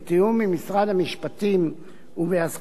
בתיאום עם משרד המשפטים ובהסכמתם,